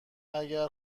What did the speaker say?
اگر